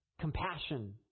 compassion